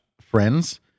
Friends